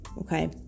okay